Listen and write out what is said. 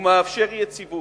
הוא מאפשר יציבות,